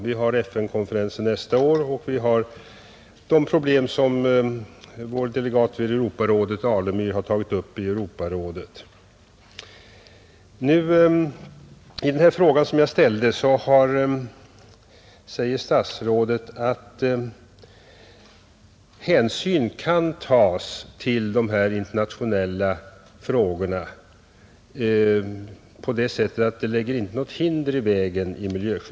Vi har FN-konferensen nästa år och vår delegat herr Alemyr har tagit upp vissa problem i Europarådet. På min fråga svarar statsrådet att hänsyn kan tas till de internationella problemen, eftersom miljöskyddslagen inte lägger något hinder i vägen.